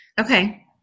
Okay